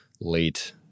late